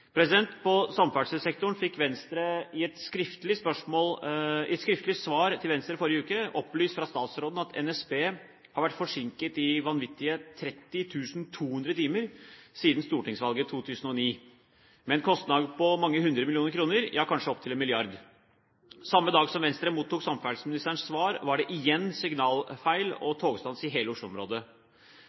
På samferdselssektoren fikk Venstre i et skriftlig svar i forrige uke opplyst fra statsråden at NSB har vært forsinket i vanvittige 30 200 timer siden stortingsvalget i 2009 – med en kostnad på mange hundre millioner kroner, ja, kanskje opptil en milliard. Samme dag som Venstre mottok samferdselsminsterens svar, var det igjen signalfeil og togstans i hele